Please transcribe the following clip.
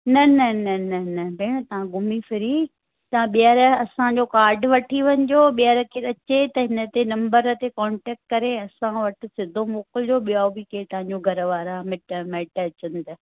न न न न न न भेण तव्हां घुमी फिरी तव्हां ॿेहर असांजो कार्ड वठी वञो ॿेहर केरु अचे त हिन ते नंबर ते कॉन्टैक्ट करे असां वटि सिधो मोकिलजो ॿियो बि केरु तव्हांजो घर वारा मिट माइट अचनि पिया